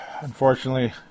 unfortunately